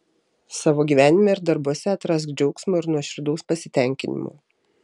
savo gyvenime ir darbuose atrask džiaugsmo ir nuoširdaus pasitenkinimo